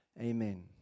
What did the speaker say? Amen